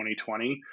2020